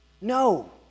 No